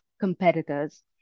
competitors